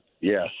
Yes